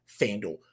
FanDuel